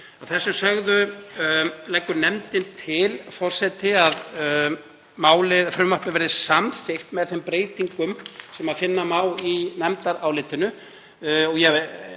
þessu sögðu leggur nefndin til, forseti, að frumvarpið verði samþykkt með þeim breytingum sem finna má í nefndarálitinu